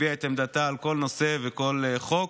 הביעה את עמדתה על כל נושא וכל חוק.